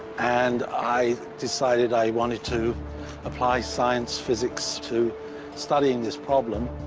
and i decided i wanted to apply science, physics to studying this problem.